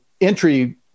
entry